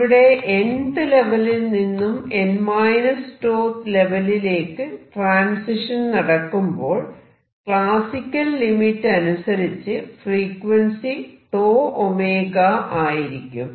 ഇവിടെ nth ലെവലിൽ നിന്നും n 𝞃th ലെവലിലേക്ക് ട്രാൻസിഷൻ നടക്കുമ്പോൾ ക്ലാസിക്കൽ ലിമിറ്റ് അനുസരിച്ച് ഫ്രീക്വൻസി 𝞃𝜔 ആയിരിക്കും